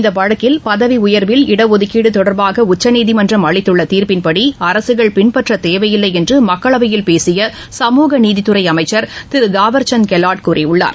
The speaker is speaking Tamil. இந்த வழக்கில் பதவி உயர்வில் இடஒதுக்கீடு தொடர்பாக உச்சநீதிமன்றம் அளித்துள்ள தீர்ப்பின்படி அரசுகள் பின்பற்றத் தேவையில்லை என்று மக்களவையில் பேசிய சமூகநீதித்துறை அமைச்சர் திரு தாவர்சந்த் கெலாட் கூறியுள்ளார்